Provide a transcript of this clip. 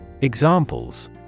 Examples